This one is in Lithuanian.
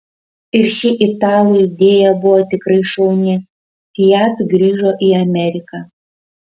ir ši italų idėja buvo tikrai šauni fiat grįžo į ameriką